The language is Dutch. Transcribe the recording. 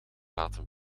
laten